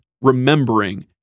remembering